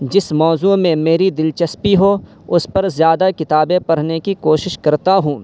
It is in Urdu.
جس موضوع میں میری دلچسپی ہو اس پر زیادہ کتابیں پڑھنے کی کوشش کرتا ہوں